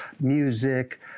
music